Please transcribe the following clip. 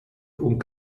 und